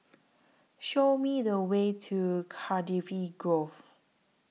Show Me The Way to Cardifi Grove